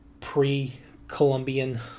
pre-Columbian